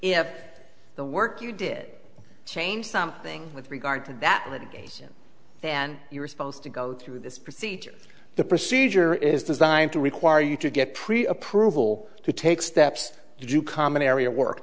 if the work you did change something with regard to that litigation and you were supposed to go through this procedure the procedure is designed to require you to get pre approval to take steps to do common area work